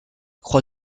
croix